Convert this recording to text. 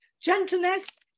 Gentleness